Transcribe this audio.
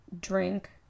drink